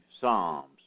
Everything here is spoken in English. Psalms